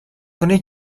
کنی